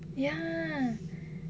ya